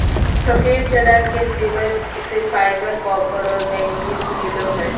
सफ़ेद चना के सेवन से फाइबर, कॉपर और मैंगनीज मिलो हइ